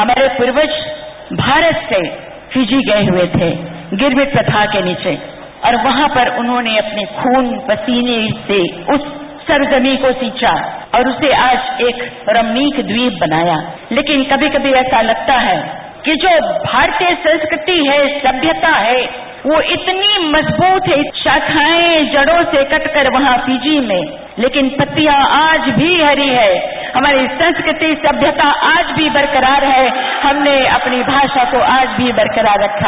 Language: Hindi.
हमारे पूर्वज भारत से फिजी गये हए थे गिरफिट प्रथा के नीचे और वहां पर उन्होंने अपने खून पसीने से उस सरजमी को सींचा और उसे आज एक रमणीय ट्वीप बनाया लेकिन कभी कभी ऐसा लगता है कि जो भारतीय संस्कृति है सभ्यता है वह इतनी मजबूत है शाखाएं जड़ों से कट कर यहां फिजी में लेकिन पत्तियां आज भी हरी है हमारी संस्कृति सम्यता आज भी बरकरार है हमने अपनी भाषा को आज भी बरकरार रखा